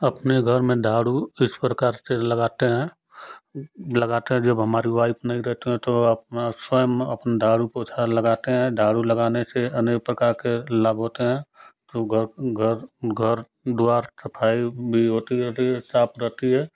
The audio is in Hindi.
अपने घर में झाड़ू इस प्रकार से लगाते हैं लगाते हैं जब हमारी वाइफ़ नहीं रहते हैं तो अप स्वयं अपन झाड़ू पोछा लगाते हैं झाड़ू लगाने से अनेक प्रकार के लाभ होते हैं तो घर घर घर द्वार सफ़ाई भी होती रहती है साफ़ रहती है